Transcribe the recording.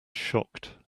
shocked